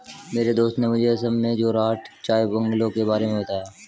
मेरे दोस्त ने मुझे असम में जोरहाट चाय बंगलों के बारे में बताया